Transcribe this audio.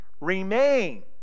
Remain